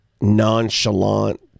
nonchalant